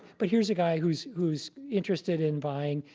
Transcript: but here's a guy who's who's interested in buying.